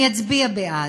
אני אצביע בעד,